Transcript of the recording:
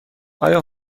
آیا